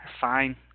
fine